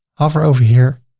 hover over here,